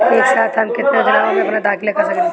एक साथ हम केतना योजनाओ में अपना दाखिला कर सकेनी?